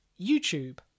YouTube